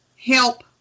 help